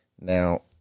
now